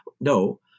No